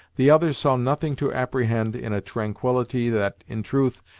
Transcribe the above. the others saw nothing to apprehend in a tranquility that, in truth,